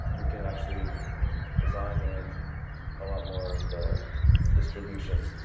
we can actually design in a lot more of the distribution,